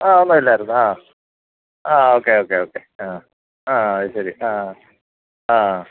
ആ ഒന്നുമില്ലായിരുന്നു ആ ആ ഓക്കെ ഓക്കെ ഓക്കെ ആ ആ അതുശരി ആ ആ